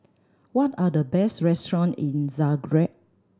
what are the best restaurant in Zagreb